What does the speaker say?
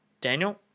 Daniel